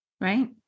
right